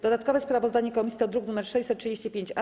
Dodatkowe sprawozdanie komisji to druk nr 635-A.